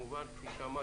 מי נגד?